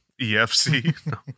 EFC